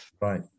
Right